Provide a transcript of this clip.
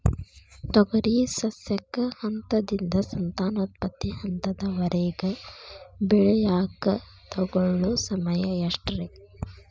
ತೊಗರಿ ಸಸ್ಯಕ ಹಂತದಿಂದ, ಸಂತಾನೋತ್ಪತ್ತಿ ಹಂತದವರೆಗ ಬೆಳೆಯಾಕ ತಗೊಳ್ಳೋ ಸಮಯ ಎಷ್ಟರೇ?